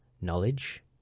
knowledge